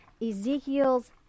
ezekiel's